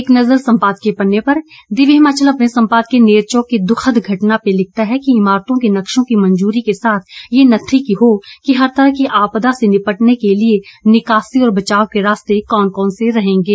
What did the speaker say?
अब एक नज़र सम्पादकीय पन्ने पर दिव्य हिमाचल अपने सम्पादकीय नेरचौक की द्ःखद घटना में लिखता है कि इमारतों के नक्शों की मंजूरी के साथ ये नत्थी हो कि हर तरह की आपदा से निपटने के लिये निकासी और बचाव के रास्ते कौन कौन से रहेंगे